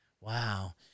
Wow